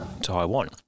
Taiwan